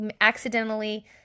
accidentally